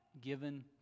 given